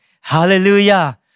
Hallelujah